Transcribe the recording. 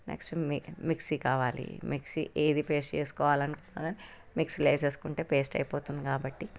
next mixie mixie కావాలి mixie ఏది paste చేసుకోవాలన్నా మిక్సీలో వేసేసుకుంటే పేస్ట్ అయిపోతుంది కాబట్టి